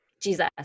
Jesus